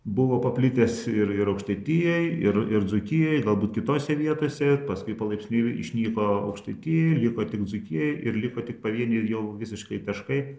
buvo paplitęs ir ir aukštaitijoj ir ir dzūkijoj galbūt kitose vietose paskui palaipsniui išnyko aukštaitijoj liko tik dzūkijoj ir liko tik pavieniai jau visiškai taškai